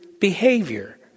behavior